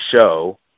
show